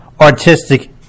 artistic